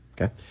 okay